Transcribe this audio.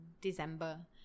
December